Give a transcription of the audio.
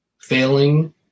Failing